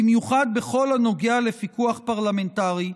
במיוחד בכל הנוגע לפיקוח פרלמנטרי,